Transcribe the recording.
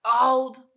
old